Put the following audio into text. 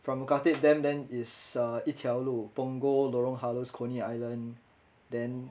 from khatib then then it's um 一条路 punggol lorong halus coney island then